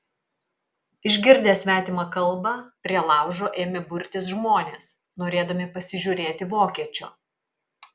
išgirdę svetimą kalbą prie laužo ėmė burtis žmonės norėdami pasižiūrėti vokiečio